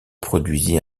produisit